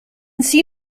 see